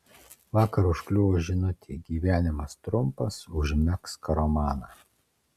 vakar užkliuvo žinutė gyvenimas trumpas užmegzk romaną